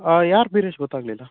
ಯಾರ್ ಬೀರೇಶ್ ಗೊತ್ತಾಗಲಿಲ್ಲ